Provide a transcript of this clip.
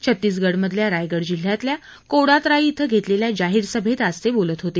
छत्तीसगढमधल्या रायगढ़ जिल्ह्यातल्या कोडातराई बं घेतलेल्या जाहीर सभेत ते आज बोलत होते